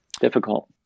Difficult